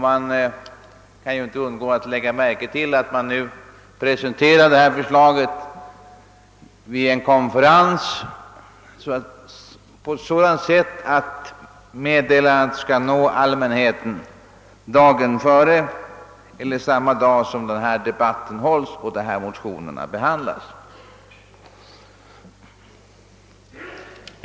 Man kan inte undgå att lägga märke till att regeringen presenterade sitt förslag så att meddelandet skulle nå allmänheten samma dag som denna debatt hålles och våra motioner behandlas.